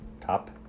top